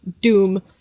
Doom